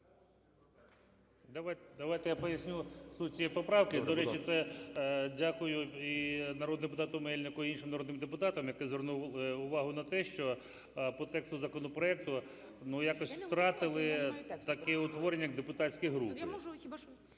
Будь ласка. КУПРІЄНКО О.В. До речі, це дякую і народному депутату Мельнику, і іншим народним депутатам, які звернули увагу на те, що по тексту законопроекту ми якось втратили таке утворення, як депутатські групи.